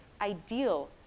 ideal